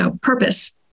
purpose